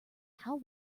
how